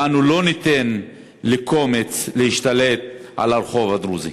ואנו לא ניתן לקומץ להשתלט על הרחוב הדרוזי.